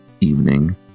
evening